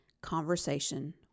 conversation